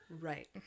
Right